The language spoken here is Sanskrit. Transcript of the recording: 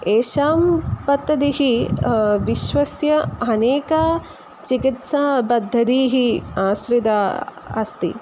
एषां पद्धतिः विश्वस्य अनेकाः चिकित्सापद्धतीः आश्रिताः अस्ति